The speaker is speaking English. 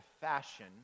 fashion